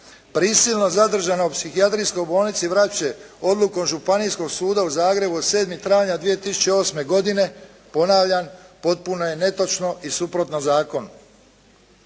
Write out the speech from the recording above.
prisilno zadržana u Psihijatrijskoj bolnici Vrapče odlukom županijskog suda u Zagrebu 7. travnja 2008. godine, ponavljam potpuno je netočno i suprotno zakonu.